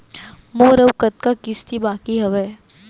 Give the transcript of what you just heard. मोर अऊ कतका किसती बाकी हवय?